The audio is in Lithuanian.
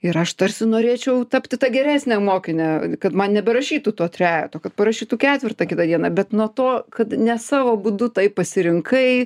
ir aš tarsi norėčiau tapti ta geresne mokine kad man neberašytų to trejeto kad parašytų ketvertą kitą dieną bet nuo to kad ne savo būdu tai pasirinkai